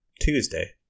Tuesday